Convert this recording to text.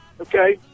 okay